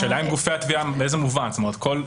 השאלה באיזה מובן זה יקרה.